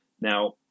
Now